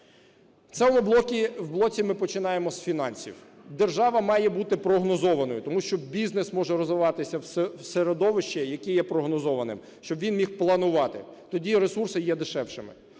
В цьому блоці ми починаємо з фінансів. Держава має бути прогнозованою, тому що бізнес може розвиватися в середовищі, яке є прогнозованим, щоб він міг планувати, тоді ресурси є дешевшими.